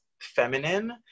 feminine